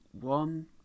one